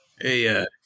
Hey